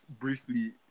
briefly